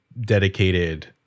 dedicated